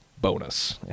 bonus